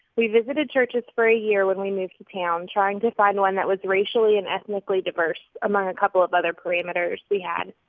we visited churches for a year when we moved to town, trying to find one that was racially and ethnically diverse, among a couple of other parameters we had.